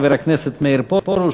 חבר הכנסת מאיר פרוש.